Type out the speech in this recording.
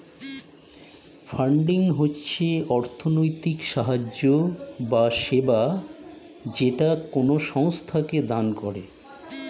funding হচ্ছে অর্থনৈতিক সাহায্য বা সেবা যেটা কোনো সংস্থাকে দান করে